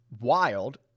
wild